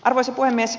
arvoisa puhemies